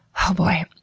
oh boy.